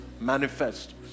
manifest